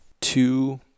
Two